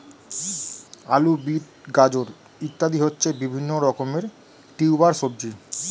আলু, বিট, গাজর ইত্যাদি হচ্ছে বিভিন্ন রকমের টিউবার সবজি